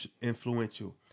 influential